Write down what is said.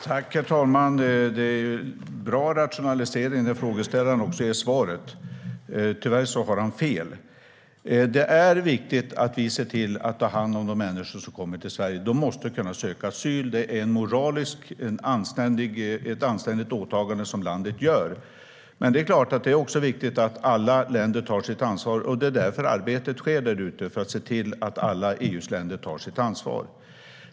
Herr talman! Det är en bra rationalisering när frågeställaren också ger svaret. Tyvärr har han fel. Det är viktigt att vi ser till att ta hand om de människor som kommer till Sverige. De måste kunna söka asyl. Det är ett moraliskt, anständigt åtagande som landet gör. Men det är klart att det också är viktigt att alla länder tar sitt ansvar, och det är därför som arbetet sker där ute, för att se till att alla EU:s länder tar sitt ansvar.